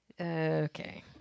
Okay